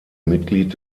mitglied